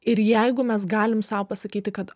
ir jeigu mes galim sau pasakyti kad